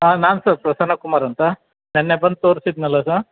ಹಾಂ ನಾನು ಸರ್ ಪ್ರಸನ್ನಕುಮಾರ್ ಅಂತ ನಿನ್ನೆ ಬಂದು ತೋರಿಸಿದ್ನಲ್ಲ ಸರ್